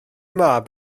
mab